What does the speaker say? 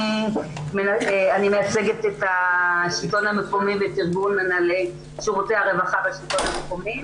אני מייצגת את השלטון המקומי ב -- שירותי הרווחה בשלטון המקומי.